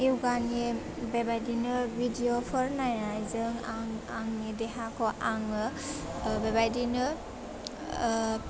यगानि बेबादिनो भिडिअफोर नायनायजों आं आंनि देहाखौ आङो ओह बेबायदिनो ओह